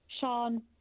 Sean